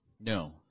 No